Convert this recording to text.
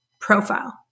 profile